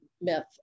myth